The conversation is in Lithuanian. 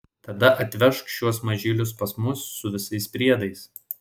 tada atvežk šiuos mažylius pas mus su visais priedais